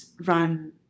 run